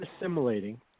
assimilating